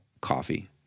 coffee